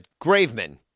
Graveman